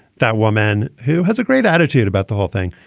that woman who has a great attitude about the whole thing.